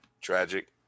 Tragic